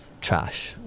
trash